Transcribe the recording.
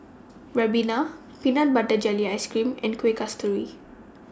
Ribena Peanut Butter Jelly Ice Cream and Kuih Kasturi